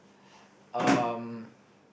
um